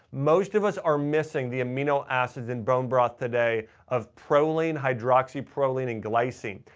most of us are missing the amino acid in bone broth today of proline, hydroxyproline, and glycine.